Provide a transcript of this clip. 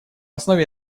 основе